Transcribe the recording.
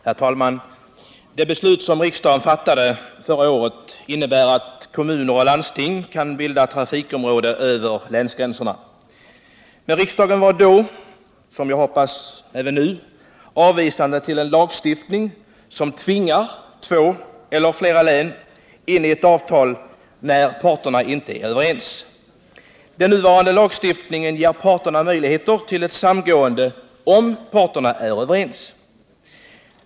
Herr talman! Det beslut som riksdagen fattade förra året innebär att kommuner och landsting kan bilda trafikområde över länsgränserna, men riksdagen var då — och är även nu, hoppas jag — avvisande till en lagstiftning som tvingar två eller flera län in i ett avtal när parterna inte är överens. Den nuvarande lagstiftningen ger möjligheter till ett samgående, om parterna är överens.